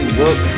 look